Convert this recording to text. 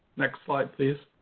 next slide, please.